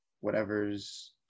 whatever's